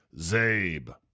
Zabe